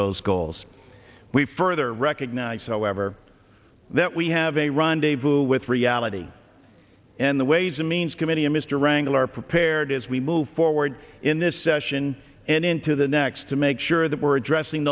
those goals we further recognize however that we have a rendezvous with reality and the ways and means committee and mr wrangle are prepared as we move forward in this session and into the next to make sure that we're addressing